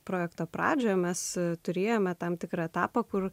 projekto pradžioje mes turėjome tam tikrą etapą kur